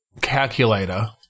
calculator